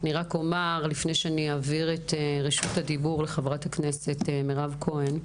לפני שאעביר את רשות הדיבור לחברת הכנסת מירב כהן,